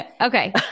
okay